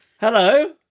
Hello